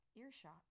Earshot